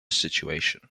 situation